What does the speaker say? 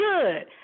good